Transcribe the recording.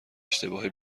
اشتباه